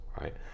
Right